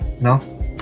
No